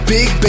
Big